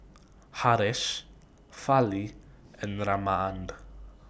Haresh Fali and Ramanand